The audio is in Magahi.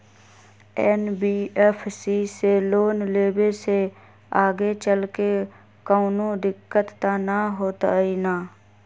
एन.बी.एफ.सी से लोन लेबे से आगेचलके कौनो दिक्कत त न होतई न?